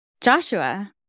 Joshua